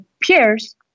peers